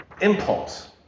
impulse